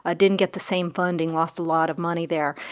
ah didn't get the same funding, lost a lot of money there.